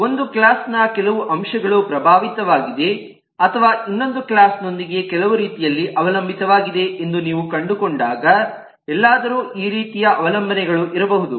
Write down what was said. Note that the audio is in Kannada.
ಒಂದು ಕ್ಲಾಸ್ ನ ಕೆಲವು ಅಂಶಗಳು ಪ್ರಭಾವಿತವಾಗಿವೆ ಅಥವಾ ಇನ್ನೊಂದು ಕ್ಲಾಸ್ ನೊಂದಿಗೆ ಕೆಲವು ರೀತಿಯಲ್ಲಿ ಅವಲಂಬಿತವಾಗಿದೆ ಎಂದು ನೀವು ಕಂಡುಕೊಂಡಾಗ ಎಲ್ಲಿಯಾದರೂ ಎಲ್ಲ ರೀತಿಯ ಅವಲಂಬನೆಗಳು ಇರಬಹುದು